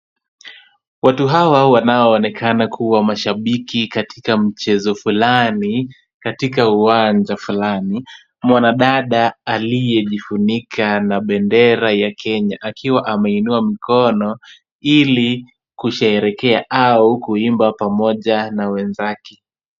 Watu hawa wanaoonekana kuwa mashabiki katika mchezo fulani, katika uwanja fulani, mwanadada aliyejifunika na bendera ya Kenya akiwa ameinua mkono, ili kusherehekea au kuimba pamoja na wenzake.